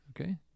Okay